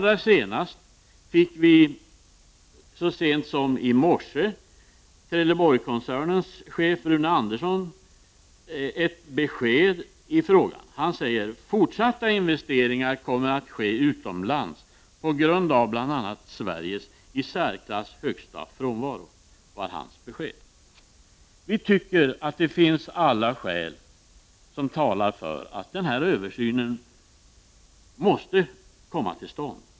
Så sent som i morse fick vi höra Trelleborgskoncernens chef Rune Andersson ge följande besked i frågan: Fortsatta investeringar kommer att ske utomlands på grund av bl.a. Sveriges i särklass högsta frånvaro. Vi tycker att alla skäl talar för att den här översynen måste komma till stånd.